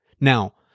Now